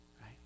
right